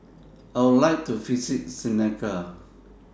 I Would like to visit Senegal